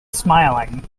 smiling